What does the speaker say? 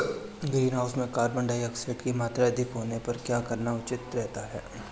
Greenhouse में carbon dioxide की मात्रा अधिक होने पर क्या करना उचित रहता है?